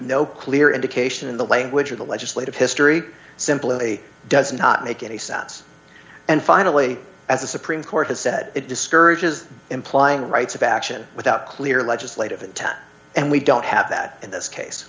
no clear indication in the language of the legislative history simply does not make any sense and finally as the supreme court has said it discourages implying rights of action without clear legislative intent and we don't have that in this case